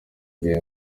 gihe